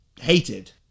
hated